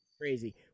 crazy